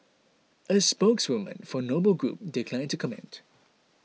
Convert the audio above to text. a spokeswoman for Noble Group declined to comment